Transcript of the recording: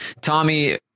tommy